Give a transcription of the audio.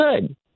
good